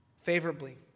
favorably